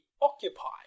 occupy